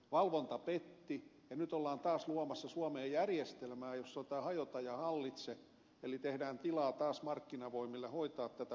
valvonta petti ja nyt ollaan taas luomassa suomeen järjestelmää jossa on tämä hajota ja hallitse eli tehdään tilaa taas markkinavoimille hoitaa tätä hommaa